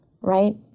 right